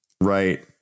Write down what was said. Right